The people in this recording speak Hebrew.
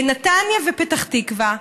נתניה ופתח תקווה,